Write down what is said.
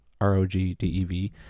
r-o-g-d-e-v